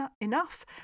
enough